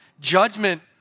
Judgment